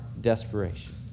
desperation